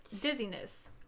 dizziness